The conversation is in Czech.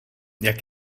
jak